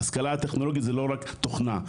ההשכלה הטכנולוגי זה לא רק תוכנה.